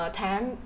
time